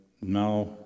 now